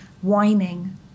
whining